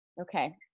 Okay